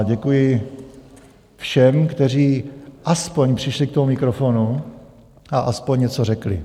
Děkuji všem, kteří aspoň přišli k tomu mikrofonu a aspoň něco řekli.